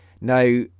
now